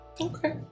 Okay